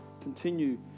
continue